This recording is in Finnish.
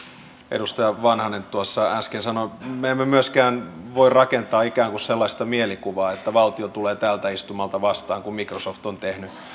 edustaja vanhanen tuossa äsken sanoi me emme myöskään voi rakentaa ikään kuin sellaista mielikuvaa että valtio tulee tältä istumalta vastaan kun microsoft on tehnyt